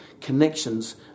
connections